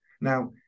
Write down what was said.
Now